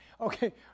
Okay